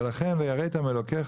ולכן "ויראת מאלוקיך",